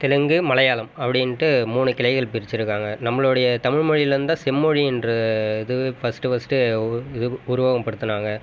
தெலுங்கு மலையாளம் அப்படின்ட்டு மூணு கிளைகள் பிரிச்சுருக்காங்க நம்மளுடைய தமிழ் மொழிலேருந்து தான் செம்மொழின்ற இதுவே ஃபஸ்ட்டு ஃபஸ்ட்டு இது உருவகம்படுத்துனாங்கள்